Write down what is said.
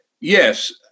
yes